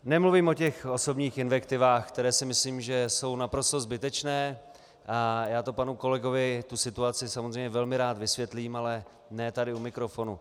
Nemluvím o těch osobních invektivách, které si myslím, že jsou naprosto zbytečné, a já panu kolegovi tu situaci samozřejmě velmi rád vysvětlím, ale ne tady u mikrofonu.